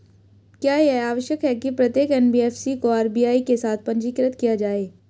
क्या यह आवश्यक है कि प्रत्येक एन.बी.एफ.सी को आर.बी.आई के साथ पंजीकृत किया जाए?